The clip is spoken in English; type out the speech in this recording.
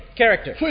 character